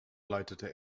leitete